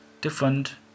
different